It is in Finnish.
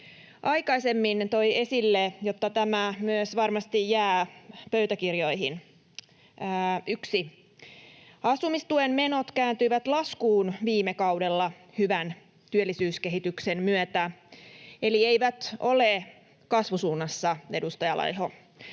aikaisemmin toi esille, jotta tämä myös varmasti jää pöytäkirjoihin: 1) Asumistuen menot kääntyivät laskuun viime kaudella hyvän työllisyyskehityksen myötä, eli eivät ole kasvusuunnassa, edustaja Laiho.